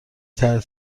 تحت